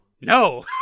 No